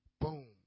Boom